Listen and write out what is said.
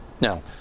Now